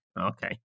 Okay